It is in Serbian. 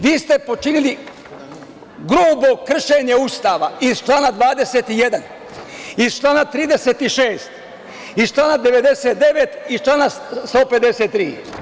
Vi ste počinili grubo kršenje Ustava iz člana 21, iz člana 36, iz člana 99, iz člana 153.